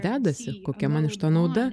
dedasi kokia man iš to nauda